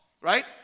right